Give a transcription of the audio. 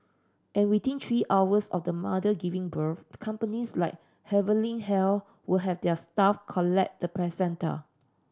and within three hours of the mother giving birth companies like Heavenly Health will have their staff collect the placenta